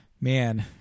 man